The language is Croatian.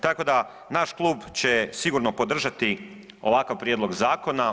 Tako da naš klub će sigurno podržati ovakav prijedlog zakona.